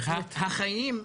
החיים עצמם,